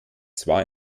zwar